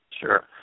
Sure